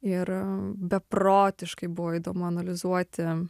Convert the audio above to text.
ir beprotiškai buvo įdomu analizuoti